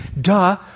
duh